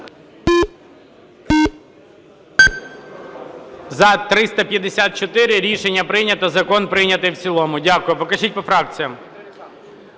За-354 Рішення прийнято. Закон прийнятий в цілому. Дякую. Покажіть по фракціях.